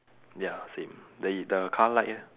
ya same the the car light eh